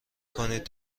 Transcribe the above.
کنید